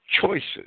choices